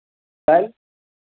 काल्हि